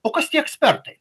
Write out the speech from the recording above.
o kas tie ekspertai